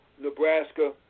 Nebraska